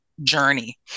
journey